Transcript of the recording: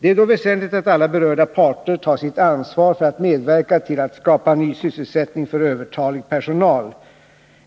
Det är då väsentligt att alla berörda parter tar sitt ansvar för att medverka till att skapa ny sysselsättning för övertalig personal.